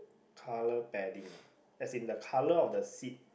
colour padding ah as in the colour of the seat